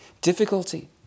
difficulty